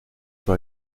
sur